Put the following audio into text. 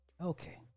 Okay